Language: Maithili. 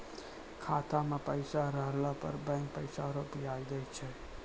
खाता मे पैसा रहला पर बैंक पैसा रो ब्याज दैय छै